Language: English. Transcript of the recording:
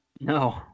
No